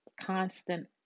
constant